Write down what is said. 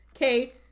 okay